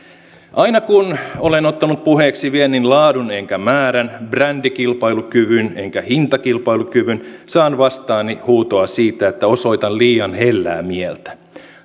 aina kun olen ottanut puheeksi viennin laadun enkä määrää brändikilpailukyvyn enkä hintakilpailukykyä saan vastaani huutoa siitä että osoitan liian hellää mieltä